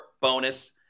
bonus